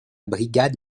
brigade